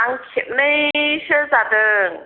आं खेबनैसो जादों